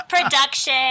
production